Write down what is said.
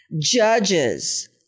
judges